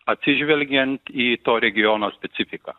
atsižvelgiant į to regiono specifiką